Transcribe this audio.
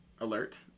alert